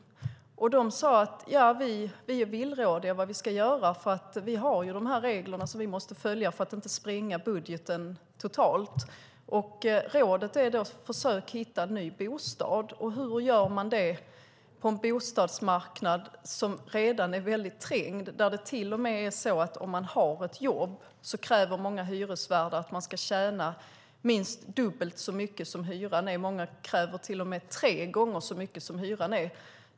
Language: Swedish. De svarade: Vi är villrådiga. Vi har regler som vi måste följa för att inte spränga budgeten totalt. Rådet är att försöka hitta en ny bostad. Hur gör man det på en bostadsmarknad som redan är trängd? Om man har ett jobb kräver många hyresvärdar att man ska tjäna minst dubbelt så mycket som hyran är; många kräver till och med tre gånger så mycket som hyran är.